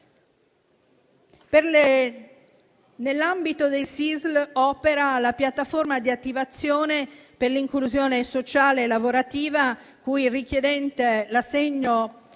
Nell'ambito del SISL opera la piattaforma di attivazione per l'inclusione sociale e lavorativa, cui il richiedente l'assegno